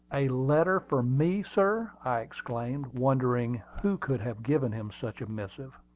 a letter for me, sir! i exclaimed, wondering who could have given him such a missive.